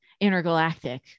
intergalactic